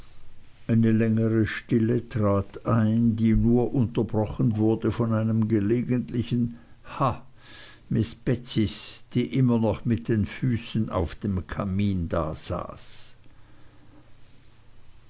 eine längere stille trat ein die nur unterbrochen wurde von einem gelegentlichen ha miß betseys die immer noch mit den füßen auf dem kamin dasaß